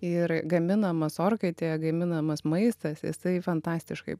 ir gaminamas orkaitėje gaminamas maistas jisai fantastiškai